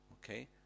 Okay